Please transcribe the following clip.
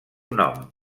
nom